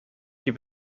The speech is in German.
die